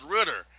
Ritter